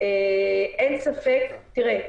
אין ספק תראה,